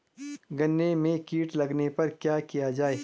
गन्ने में कीट लगने पर क्या किया जाये?